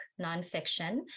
nonfiction